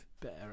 better